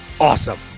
awesome